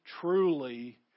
truly